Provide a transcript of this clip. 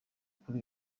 kuri